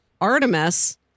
Artemis